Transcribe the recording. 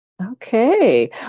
Okay